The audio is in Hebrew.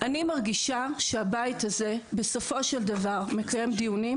אני מרגישה שהבית הזה בסופו של דבר מקיים דיונים,